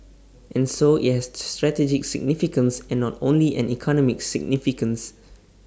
and so IT has strategic significance and not only an economic significance